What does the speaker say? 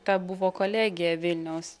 ta buvo kolegija vilniaus